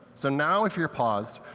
so now if you're paused,